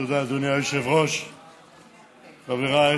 תשימו לב, חברים,